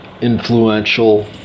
influential